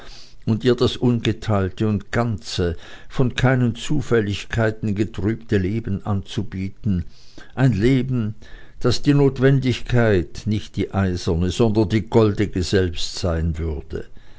und ihr das ungeteilte und ganze von keinen zufälligkeiten getrübte leben anzubieten ein leben das die notwendigkeit nicht die eiserne sondern die goldene selbst sein würde